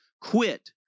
quit